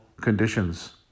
conditions